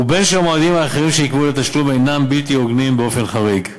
ובין כשהמועדים האחרים שנקבעו לתשלום אינם בלתי הוגנים באופן חריג.